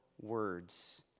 words